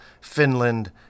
Finland